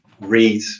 read